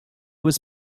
was